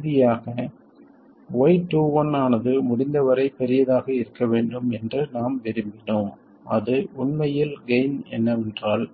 இறுதியாக y21 ஆனது முடிந்தவரை பெரியதாக இருக்க வேண்டும் என்று நாம் விரும்பினோம் அது உண்மையில் கெய்ன் என்னவென்றால்